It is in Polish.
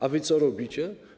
A wy co robicie?